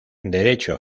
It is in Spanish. derecho